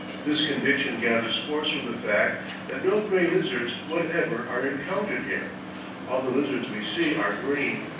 this conviction gathers force from the fact that no gray lizards whatever are encountered here all the lizards we see are green.